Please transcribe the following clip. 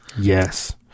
Yes